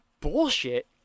bullshit